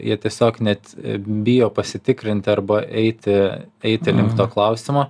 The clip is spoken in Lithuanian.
jie tiesiog net bijo pasitikrinti arba eiti eiti link to klausimo